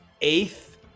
eighth